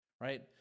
right